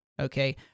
okay